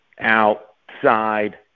outside